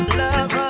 lover